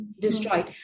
destroyed